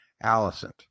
Allison